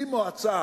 עושים מועצה